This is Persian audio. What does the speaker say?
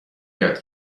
یاد